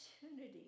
opportunity